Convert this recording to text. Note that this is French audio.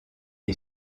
est